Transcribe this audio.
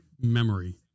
memory